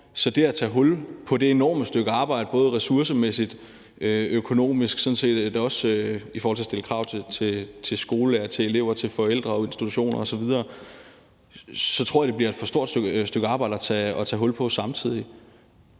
at det at tage hul på det enorme stykke arbejde, både ressourcemæssigt, økonomisk og i forhold til at stille krav til skolelærere, til elever, til forældre og institutioner osv., bliver for stort et stykke arbejde at tage hul på samtidig.